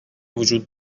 وجود